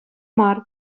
мар